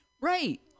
Right